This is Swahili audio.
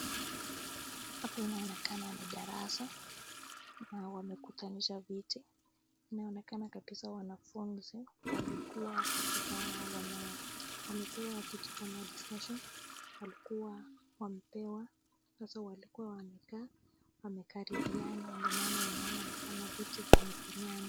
Hapa inaonekana ni darasa na wamekutanisha viti. Inaonekana kabisa wanafunzi walikuwa katika, wamepewa kitu kama discussion . Walikuwa wamepewa sasa walikuwa wamekaa wamekaribiana ndio maana unaona kama viti vimefinyana.